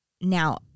now